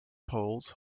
poles